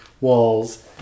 walls